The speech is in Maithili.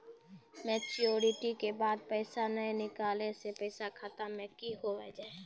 मैच्योरिटी के बाद पैसा नए निकले से पैसा खाता मे की होव हाय?